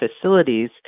facilities